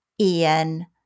Ian